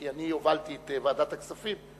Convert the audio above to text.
כי אני הובלתי את ועדת הכספים,